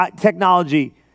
technology